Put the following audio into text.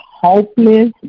hopeless